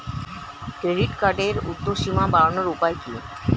Credit কার্ডের উর্ধ্বসীমা বাড়ানোর উপায় কি?